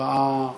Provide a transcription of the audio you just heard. ארבעה בעד,